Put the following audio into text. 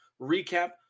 recap